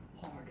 hard